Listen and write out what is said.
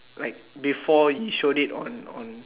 like before you showed it on on